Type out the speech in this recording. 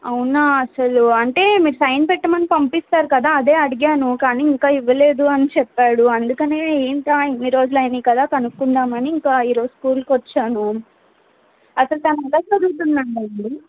అవునా అసలు అంటే మీరు సైన్ పెట్టమని పంపిస్తారు కదా అదే అడిగాను కానీ ఇంకా ఇవ్వలేదు అని చెప్పాడు అందుకనే ఏంటి ఇన్నిరోజులైంది కదా కనుక్కుందామని ఇంక ఈ రోజు స్కూల్కి వచ్చాను అసలు తను ఎలా చదువుతున్నాడండి